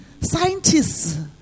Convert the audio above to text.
scientists